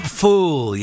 fool